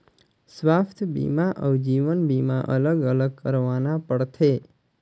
स्वास्थ बीमा अउ जीवन बीमा अलग अलग करवाना पड़थे?